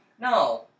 No